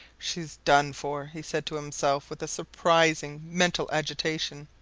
shes done for, he said to himself, with a surprising mental agitation,